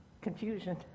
confusion